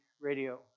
radio